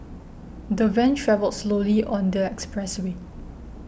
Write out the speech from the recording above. the van travelled slowly on the expressway